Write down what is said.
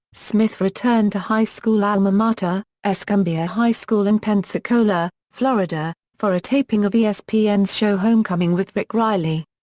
smith returned to high school alma mater, escambia high school in pensacola, florida, for a taping of yeah espn's show homecoming with rick reilly.